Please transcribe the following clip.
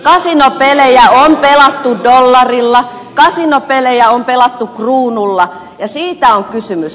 kasinopelejä on pelattu dollarilla kasinopelejä on pelattu kruunulla ja siitä on kysymys